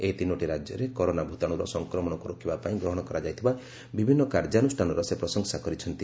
ଏହି ତିନୋଟି ରାଜ୍ୟରେ କରୋନା ଭୂତାଣୁର ସଂକ୍ରମଣକୁ ରୋକିବା ପାଇଁ ଗ୍ରହଣ କରାଯାଇଥିବା ବିଭିନ୍ନ କାର୍ଯ୍ୟାନୁଷ୍ଠାନର ସେ ପ୍ରଶଂସା କରିଛନ୍ତି